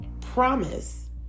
promise